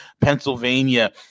Pennsylvania